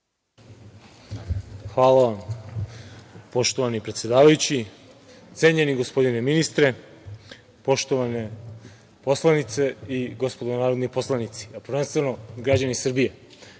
Hvala vam. Poštovani predsedavajući, cenjeni gospodine ministre, poštovane poslanice i gospodo narodni poslanici, a prvenstveno građani Srbije,